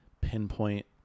pinpoint